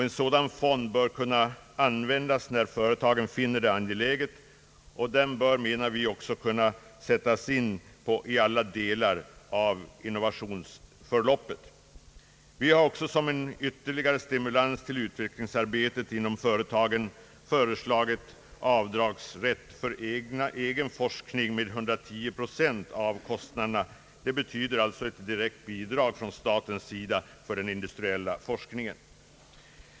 En sådan fond bör kunna användas när företagen finner det angeläget, och den bör enligt vår mening också kunna sättas in i alla delar av innovationsförloppet. Vi har också som en ytterligare stimulans till utvecklingsarbete inom företagen föreslagit avdragsrätt för egen forskning med 110 procent av kostnaderna. Det betyder ett direkt bidrag från statens sida för den industriella forskningen.